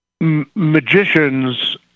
magicians